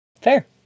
Fair